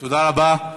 תודה רבה.